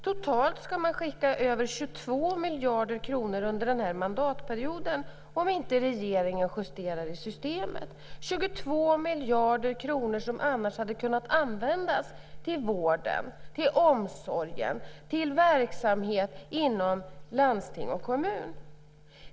Totalt ska man skicka över 22 miljarder kronor under den här mandatperioden om inte regeringen justerar i systemet. Det är 22 miljarder kronor som annars hade kunnat användas till vården och omsorgen, till verksamheter inom landsting och kommun.